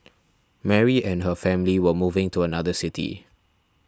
Mary and her family were moving to another city